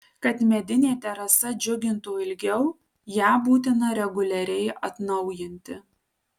kad medinė terasa džiugintų ilgiau ją būtina reguliariai atnaujinti